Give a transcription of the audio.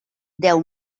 deu